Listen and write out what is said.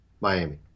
Miami